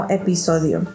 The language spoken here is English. episodio